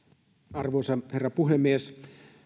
arvoisa herra puhemies